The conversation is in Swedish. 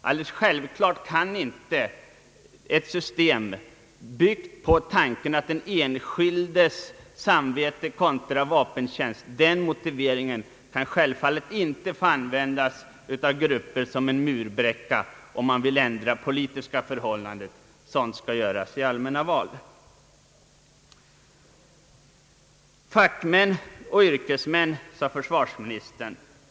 Alldeles självklart kan inte ett system byggt på tanken att den enskildes samvete skall få lägga hinder i vägen för vapentjänst användas av grupper som en murbräcka om man vill ändra på politiska förhållanden — sådant skaH göras i allmänna val. »Fackmän och yrkesmän», sade försvarsministern.